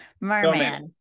merman